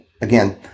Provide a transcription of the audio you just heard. Again